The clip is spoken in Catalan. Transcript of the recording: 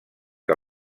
que